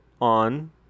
on